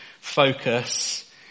focus